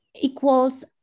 equals